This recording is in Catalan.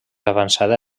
avançada